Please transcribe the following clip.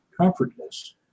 comfortless